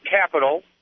capital